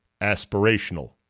aspirational